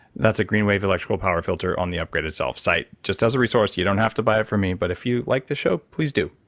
that's a greenwave electrical power filter on the upgradedself site. just as a resource, you don't have to buy it from me. but, if you like the show, please do.